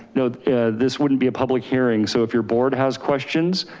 no this wouldn't be a public hearing. so if your board has questions,